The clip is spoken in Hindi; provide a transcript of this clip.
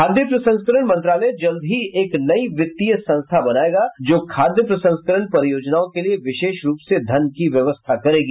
खाद्य प्रसंस्करण मंत्रालय जल्द ही एक नई वित्तीय संस्था बनाएगा जो खाद्य प्रसंस्करण परियोजनाओं के लिए विशेष रूप से धन की व्यवस्था करेगा